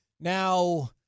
Now –